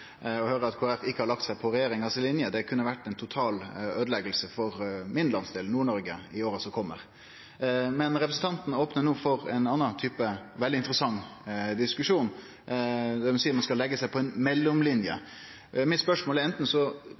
høyre at Kristeleg Folkeparti ikkje har lagt seg på regjeringas line. Det kunne vore ei total øydelegging for landsdelen min, Nord-Noreg, i åra som kjem. Men representanten Hjemdal opnar no for ein annan type veldig interessant diskusjon, det vil seie at ein skal leggje seg på ei mellomline. Mitt spørsmål er: Anten så